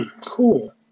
cool